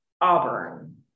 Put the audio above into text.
Auburn